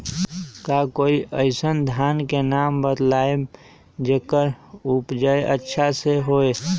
का कोई अइसन धान के नाम बताएब जेकर उपज अच्छा से होय?